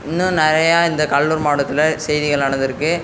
இன்னும் நிறைய இந்த கடலூர் மாவட்டத்தில் செய்திகள் நடந்துருக்கு